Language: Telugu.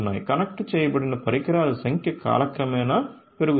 కనెక్ట్ చేయబడిన పరికరాల సంఖ్య కాలక్రమేణా పెరుగుతుంది